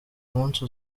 munsi